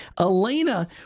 Elena